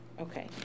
Okay